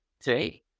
today